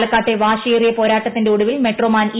പാലക്കാട്ടെ വാശിയേറിയ പോരാട്ടത്തിന്റെ ഒടുവിൽ മെട്രോമാൻ ഇ